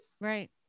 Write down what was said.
Right